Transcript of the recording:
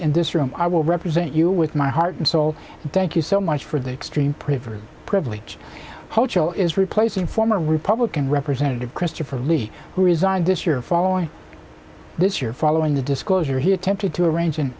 in this room i will represent you with my heart and soul thank you so much for the extreme prevert privilege is replacing former republican representative christopher lee who resigned this year following this year following the disclosure he attempted to arrange an